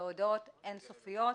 בהודעות אינסופיות.